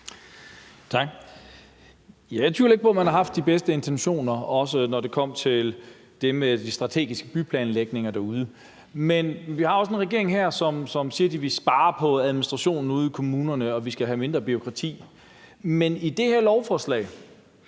Tak. Jeg tvivler ikke på, at man har haft de bedste intentioner, også når det kom til det med den strategiske byplanlægning derude, men vi har også her at gøre med en regering, som siger, at de vil spare på administrationen ude i kommunerne, og at vi skal have mindre bureaukrati. Men i det her lovforslag